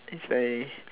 it's very